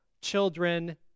children